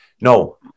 No